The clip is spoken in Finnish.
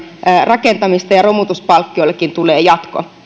rakentamista ja romutuspalkkiollekin tulee jatko